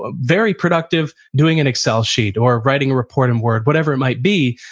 ah very productive doing an excel sheet or writing a report in word, whatever it might be,